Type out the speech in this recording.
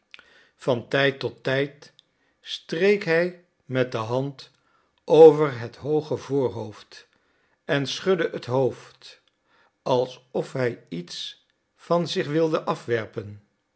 van tijd tot tijd streek hij met de hand over het hooge voorhoofd en schudde het hoofd alsof hij iets van zich wilde afwerpen